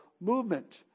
movement